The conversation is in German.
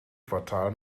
quartal